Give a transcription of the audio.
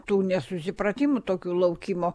tų nesusipratimų tokių laukimo